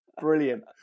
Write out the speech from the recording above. Brilliant